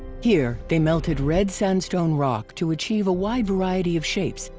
here, they melted red sandstone rock to achieve a wide variety of shapes,